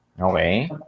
Okay